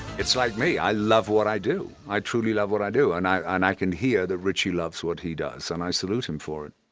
it's like me, i love what i do. i truly love what i do, and i and i can hear that ritchie loves what he does, and i salute him for it.